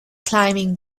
climbing